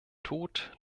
tod